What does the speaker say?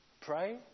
Pray